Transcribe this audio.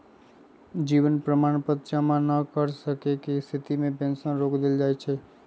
जीवन प्रमाण पत्र जमा न कर सक्केँ के स्थिति में पेंशन रोक देल जाइ छइ